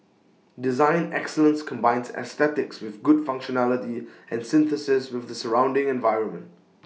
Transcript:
design excellence combines aesthetics with good functionality and synthesis with the surrounding environment